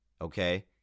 Okay